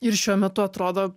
ir šiuo metu atrodo